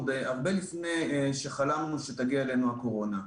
והרבה לפני שחלמנו שתגיע הקורונה.